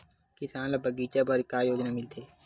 किसान ल बगीचा बर का योजना मिलथे?